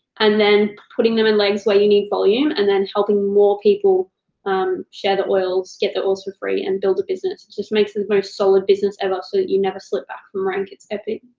and then putting them in legs where you need volume, and then helping more people share the oils, get their oils for free, and build a business. it just makes the most solid business ever, so that you never slip back from rank. it's epic.